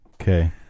Okay